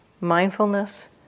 mindfulness